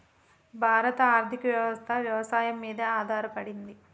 భారత ఆర్థికవ్యవస్ఠ వ్యవసాయం మీదే ఆధారపడింది